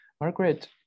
Margaret